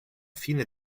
fine